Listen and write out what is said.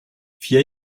vier